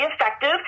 effective